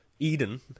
Eden